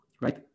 right